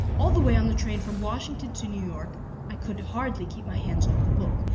all the way on the train from washington to new york i could hardly, keep my hands off the book.